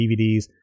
DVDs